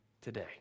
today